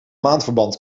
maandverband